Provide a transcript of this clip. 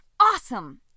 Awesome